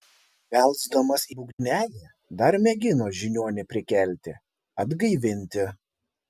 belsdamas į būgnelį dar mėgino žiniuonį prikelti atgaivinti